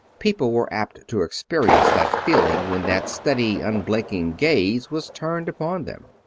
people were apt to experience that feeling when that steady, unblinking gaze was turned upon them.